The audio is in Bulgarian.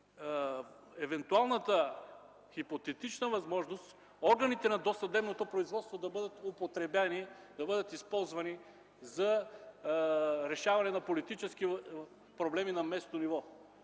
евентуалната хипотетична възможност органите на досъдебното производство да бъдат употребени, да бъдат използвани за решаване на политически проблеми на местно ниво.